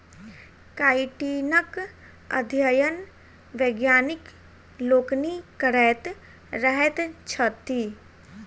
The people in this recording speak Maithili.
काइटीनक अध्ययन वैज्ञानिक लोकनि करैत रहैत छथि